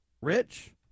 Rich